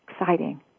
Exciting